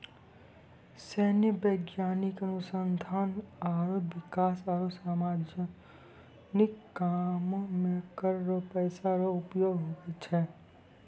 सैन्य, वैज्ञानिक अनुसंधान आरो बिकास आरो सार्वजनिक कामो मे कर रो पैसा रो उपयोग हुवै छै